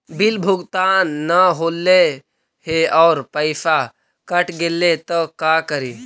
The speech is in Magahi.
बिल भुगतान न हौले हे और पैसा कट गेलै त का करि?